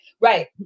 right